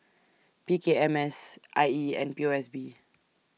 P K M S I E and P O S B